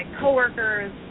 coworkers